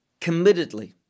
committedly